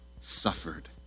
suffered